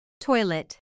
toilet